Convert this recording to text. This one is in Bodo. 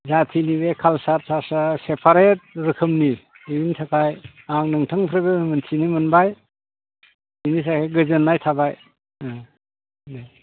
जाथिनि बे कालसार सालसार सेपारेट रोखोमनि बिनि थाखाय आं नोंथांनिफ्रायबो मिथिनो मोनबाय बिनिखाय गोजोननाय थाबाय ओ ओ